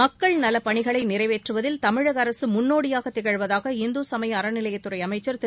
மக்கள் நலப்பணிகளை நிறைவேற்றுவதில் தமிழக அரசு முன்னோடியாக திகழ்வதாக இந்து சுமய அறநிலையத்துறை அமைச்சர் திரு